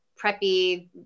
preppy